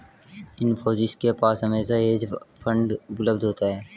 इन्फोसिस के पास हमेशा हेज फंड उपलब्ध होता है